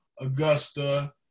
Augusta